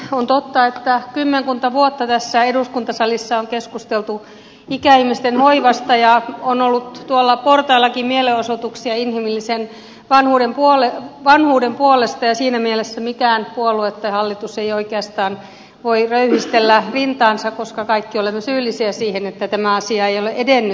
on totta että kymmenkunta vuotta tässä eduskuntasalissa on keskusteltu ikäihmisten hoivasta ja on ollut tuolla portaillakin mielenosoituksia inhimillisen vanhuuden puolesta ja siinä mielessä mikään puolue tai hallitus ei oikeastaan voi röyhistellä rintaansa koska kaikki olemme syyllisiä siihen että tämä asia ei ole edennyt